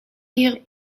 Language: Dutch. hier